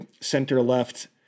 center-left